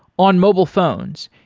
on mobile phones,